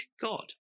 God